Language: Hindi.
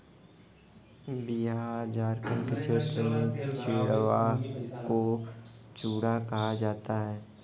बिहार झारखंड के क्षेत्र में चिड़वा को चूड़ा कहा जाता है